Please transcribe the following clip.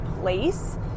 place